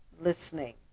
listening